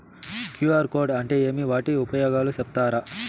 QR code అంటే ఏమి వాటి ఉపయోగాలు సెప్తారా?